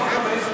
למה חמש?